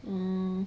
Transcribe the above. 嗯